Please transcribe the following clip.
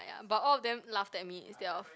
!aiya! but all of them laughed at me instead of